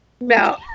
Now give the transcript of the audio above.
No